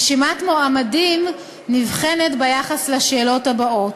רשימת מועמדים נבחנת ביחס לשאלות הבאות: